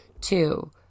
Two